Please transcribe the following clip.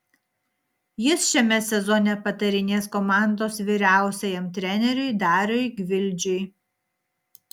jis šiame sezone patarinės komandos vyriausiajam treneriui dariui gvildžiui